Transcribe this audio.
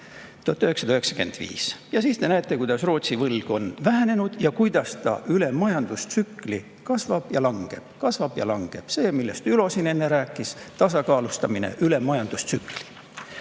aasta, Te näete, kuidas Rootsi võlg on vähenenud ja kuidas see üle majandustsükli kasvab ja langeb, kasvab ja langeb. See on see, millest Ülo siin enne rääkis: [toimub võla] tasakaalustamine üle majandustsükli.